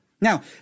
Now